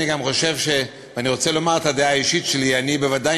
אני רוצה לומר את הדעה האישית שלי: אני ודאי